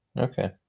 Okay